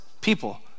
people